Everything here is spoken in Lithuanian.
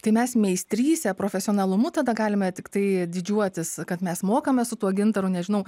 tai mes meistryse profesionalumu tada galime tiktai didžiuotis kad mes mokame su tuo gintaru nežinau